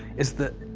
is that